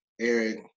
Eric